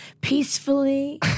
peacefully